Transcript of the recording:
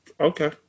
okay